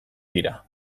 dira